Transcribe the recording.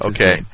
Okay